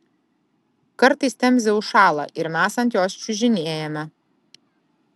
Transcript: kartais temzė užšąla ir mes ant jos čiužinėjame